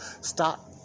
Stop